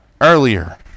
earlier